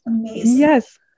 Yes